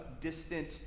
distant